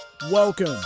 Welcome